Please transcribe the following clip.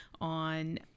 on